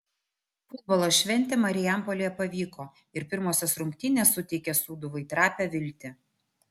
futbolo šventė marijampolėje pavyko ir pirmosios rungtynės suteikia sūduvai trapią viltį